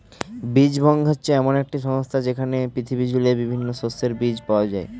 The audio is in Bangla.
বীজ ব্যাংক এমন একটি সংস্থা যেইখানে পৃথিবী জুড়ে বিভিন্ন শস্যের বীজ পাওয়া যায়